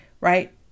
right